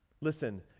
Listen